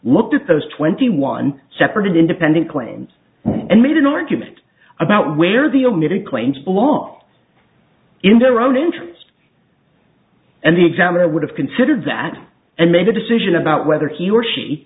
looked at those twenty one separate independent claims and made an argument about where the omitted claims belong in their own interests and the examiner would have considered that and made a decision about whether he or she